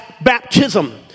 baptism